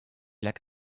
like